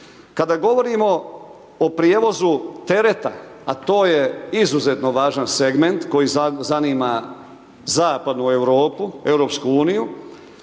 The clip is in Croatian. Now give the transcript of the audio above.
Kada govorimo o prijevozu tereta a to je izuzetno važan segment koji zanima zapadnu Europu, EU,